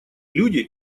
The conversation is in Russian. люди